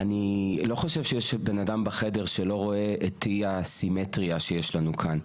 אני לא חושב שיש בן אדם בחדר שלא רואה את אי-הסימטריה שיש לנו כאן.